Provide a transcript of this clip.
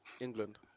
England